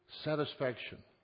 satisfaction